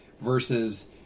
versus